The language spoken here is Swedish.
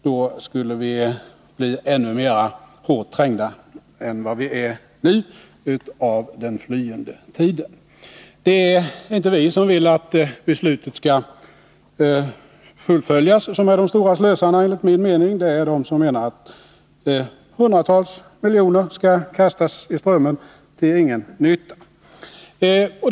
Då skulle vi bli ännu hårdare trängda än vad vi är nu av den flyende tiden. Enligt min mening är det inte vi, som vill att beslutet skall fullföljas, som är de stora slösarna, utan det är de som menar att hundratals miljoner skall kastas i Strömmen till ingen nytta.